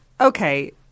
okay